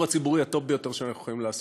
הציבורי הטוב ביותר שאנחנו יכולים לעשות.